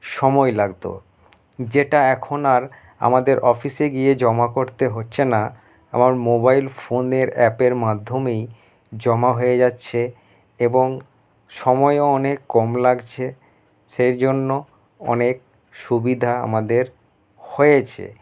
সময় লাগতো যেটা এখন আর আমাদের অফিসে গিয়ে জমা করতে হচ্ছে না আমার মোবাইল ফোনের অ্যাপের মাধ্যমেই জমা হয়ে যাচ্ছে এবং সময়ও অনেক কম লাগছে সেই জন্য অনেক সুবিধা আমাদের হয়েছে